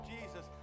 Jesus